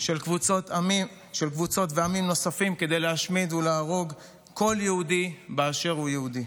של קבוצות ועמים נוספים כדי להשמיד ולהרוג כל יהודי באשר הוא יהודי.